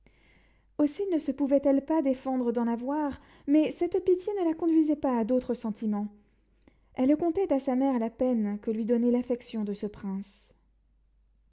aussi ne se pouvait-elle défendre d'en avoir mais cette pitié ne la conduisait pas à d'autres sentiments elle contait à sa mère la peine que lui donnait l'affection de ce prince